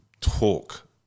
talk